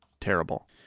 terrible